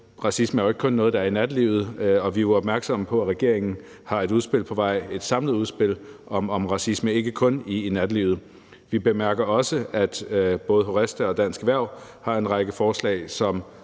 racisme jo ikke kun er noget, der er i nattelivet, og vi er opmærksomme på, at regeringen er på vej med et samlet udspil om racisme og ikke kun racisme i nattelivet. Vi bemærker også, at både HORESTA og Dansk Erhverv har en række forslag, som